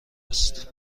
است